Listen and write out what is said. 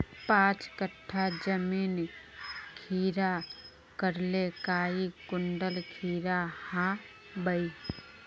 पाँच कट्ठा जमीन खीरा करले काई कुंटल खीरा हाँ बई?